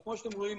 כמו שאתם רואים,